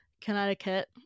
Connecticut